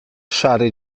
szary